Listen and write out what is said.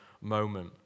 moment